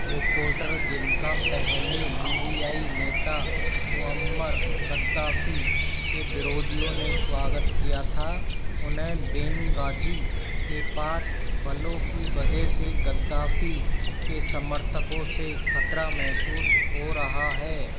reporter जिनका पहले लीबियाई नेता मुअम्मर गद्दाफ़ी के विरोधियों ने स्वागत किया था उन्हें बेन्गाज़ी के पास बलों की वजह से गद्दाफ़ी के समर्थकों से खतरा महसूस हो रहा है